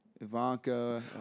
Ivanka